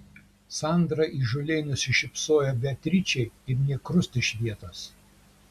sandra įžūliai nusišypsojo beatričei ir nė krust iš vietos